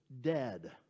dead